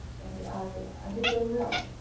and i did very well.